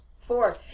Four